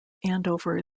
andover